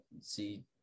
see